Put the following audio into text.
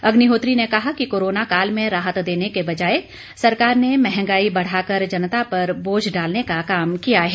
अग्निहोत्री ने कहा कि कोरोना काल में राहत देने के बजाय सरकार ने महंगाई बढ़ाकर जनता पर बोझ डालने का काम किया है